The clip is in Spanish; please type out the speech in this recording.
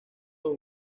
los